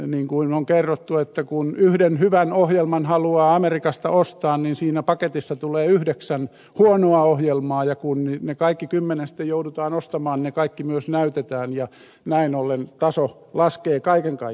niin kuin on kerrottu että kun yhden hyvän ohjelman haluaa amerikasta ostaa niin siinä paketissa tulee yhdeksän huonoa ohjelmaa ja kun ne kaikki kymmenen sitten joudutaan ostamaan niin ne kaikki myös näytetään ja näin ollen taso laskee kaiken kaikkiaan